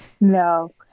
No